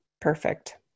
perfect